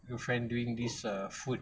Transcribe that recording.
friend doing this err food